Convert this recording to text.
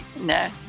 No